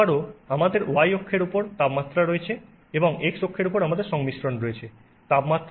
সুতরাং আবারও আমাদের y অক্ষের উপর তাপমাত্রা রয়েছে এবং x অক্ষের উপর আমাদের সংমিশ্রণ রয়েছে